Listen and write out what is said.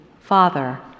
father